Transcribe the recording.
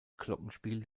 glockenspiel